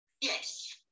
Yes